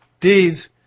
deeds